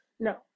No